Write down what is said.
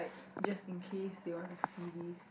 just in case they want to see this